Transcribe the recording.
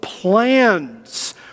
plans